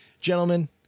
gentlemen